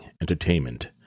entertainment